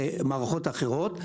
ומערכות אחרות,